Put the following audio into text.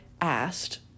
asked